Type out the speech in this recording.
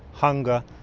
hunger,